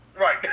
right